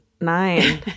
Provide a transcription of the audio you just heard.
nine